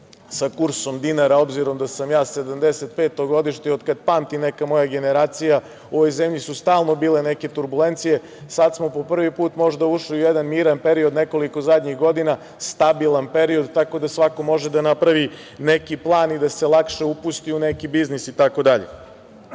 sa kursom dinara. Obzirom da sam ja 1975. godište, od kad pamti neka moja generacija, u ovoj zemlji su stalno bile neke turbulencije. Sada smo po prvi put možda ušli u jedan miran period, nekoliko zadnjih godina stabilan period, tako da svako može da napravi neki plan i da se lakše upusti u neki biznis itd. Kada